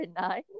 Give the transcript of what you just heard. nine